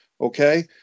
Okay